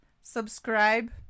subscribe